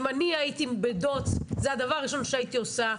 אם אני הייתי בדובר צה"ל זה הדבר הראשון שהייתי עושה.